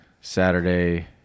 Saturday